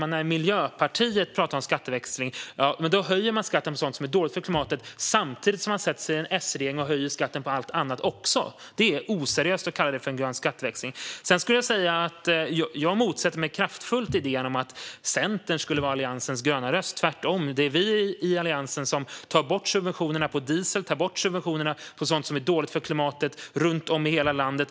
När Miljöpartiet talar om skatteväxling höjer de skatten på sådant som är dåligt för klimatet, fru talman, samtidigt som de sätter sig i en S-regering och höjer skatten på allt annat också. Det är oseriöst att kalla det grön skatteväxling. Jag motsätter mig kraftfullt idén att Centern skulle vara Alliansens gröna röst. Tvärtom är vi det parti i Alliansen som tar bort subventionerna av diesel och sådant som är dåligt för klimatet runt om i hela landet.